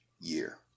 year